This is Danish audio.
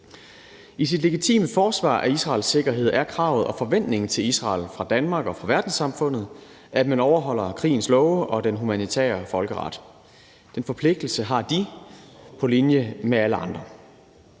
I det legitime forsvar af Israels sikkerhed er kravet og forventningen til Israel fra Danmark og fra verdenssamfundet, at man overholder krigens love og den humanitære folkeret. Den forpligtelse har de på linje med alle andre.